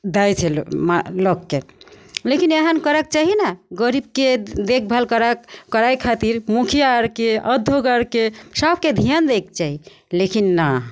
दै छै लो मा लोकके लेकिन एहन करैके चाही ने गरीबके देखभाल करै करै खातिर मुखिआ आओरके अधोगरके सभके धिआन दैके चाही लेकिन नहि